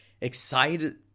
Excited